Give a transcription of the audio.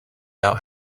out